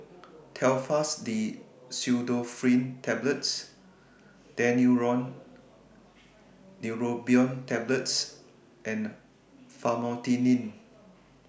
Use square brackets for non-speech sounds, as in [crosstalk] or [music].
[noise] Telfast D Pseudoephrine Tablets Daneuron Neurobion Tablets and Famotidine